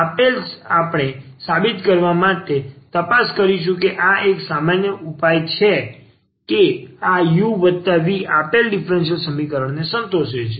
તેથી હવે આપણે તે સાબિત કરવા માટે તપાસ કરીશું કે આ એક સામાન્ય ઉપાય છે કે આ u વત્તા v આપેલા ડીફરન્સીયલ સમીકરણ ને સંતોષે છે